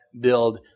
build